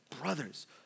brothers